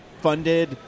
funded